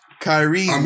Kyrie